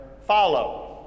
Follow